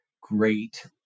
great